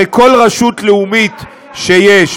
הרי כל רשות לאומית שיש,